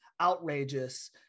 outrageous